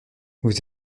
vous